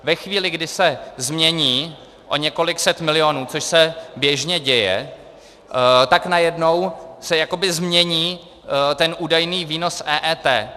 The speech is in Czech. Ve chvíli, kdy se změní o několik set milionů, což se běžně děje, tak najednou se jakoby změní ten údajný výnos EET.